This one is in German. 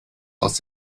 aus